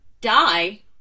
Die